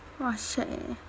!wah! shagged eh